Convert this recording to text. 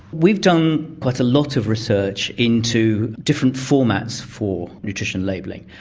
we've done quite a lot of research into different formats for nutrition labelling.